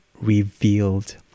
revealed